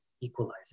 equalizer